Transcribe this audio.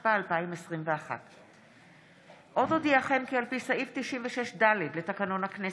התשפ"א 2021. עוד אודיעכם כי על פי סעיף 96(ד) לתקנון הכנסת,